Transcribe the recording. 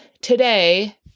today